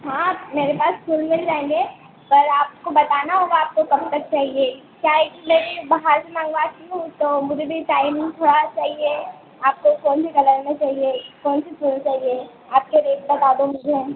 हाँ मेरे पास फूल मिल जाएंगे पर आपको बताना होगा आपको कब तक चाहिए क्या है कि मैं भी बाहर से मंगवाती हूँ तो मुझे भी टाइम थोड़ा चाहिए आपको कोन से कलर डणदतदही़ में चाहिए कौन से फूल चाहिए आपके रेट बता दो मुझे